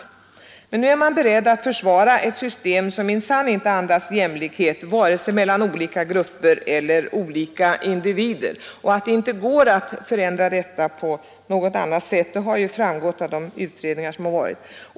Men nu är man beredd att försvara ett system som minsann inte andas jämlikhet mellan vare sig olika grupper eller olika individer. Och att det inte går att ändra denna sak på annat sätt har ju framgått av de utredningar som gjorts.